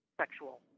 sexual